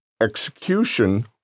execution